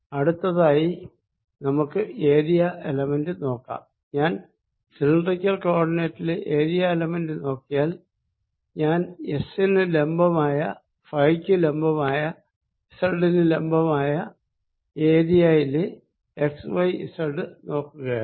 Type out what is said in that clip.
അടുത്തതായി നമുക്ക് area element നോക്കാം ഞാൻ സിലിണ്ടറിക്കൽ കോ ഓർഡിനേറ്റിലെ ഏരിയ എലമെന്റ് നോക്കിയാൽ ഞാൻ എസ് നു ലംബമായ ഫൈ ക്കു ലംബമായസെഡ് നു ലംബമായ ഏരിയയിലെ എക്സ്വൈസെഡ് നോക്കുകയാണ്